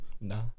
No